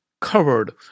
covered